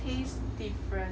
taste different